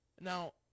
Now